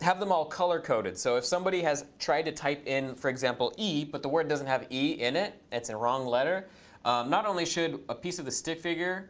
them all color coded. so if somebody has tried to type in, for example, e, but the word doesn't have e in it it's a wrong letter not only should a piece of the stick figure